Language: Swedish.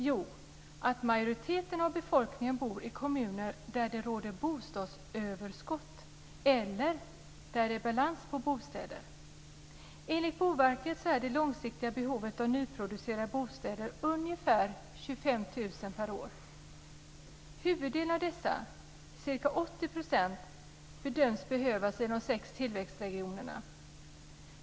Jo, att majoriteten av befolkningen bor i kommuner där det råder bostadsöverskott eller där det är balans när det gäller bostäder. Enligt Boverket är det långsiktiga behovet av nyproducerade bostäder ungefär 25 000 per år. Huvuddelen av dessa, ca 80 %, bedöms behövas i de sex tillväxtregionerna.